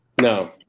no